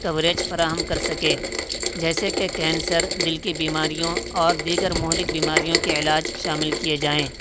coverage فراہم کر سکے جیسے کہ کینسر دل کی بیماریوں اور دیگر مہلک بیماریوں کے علاج شامل کئے جائیں